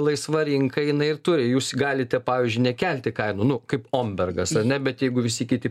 laisva rinka jinai ir turi jūs galite pavyzdžiui nekelti kainų kaip ombergas ar ne bet jeigu visi kiti